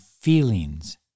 feelings